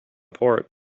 port